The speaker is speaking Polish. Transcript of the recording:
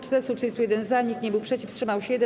431 - za, nikt nie był przeciw, wstrzymał się 1.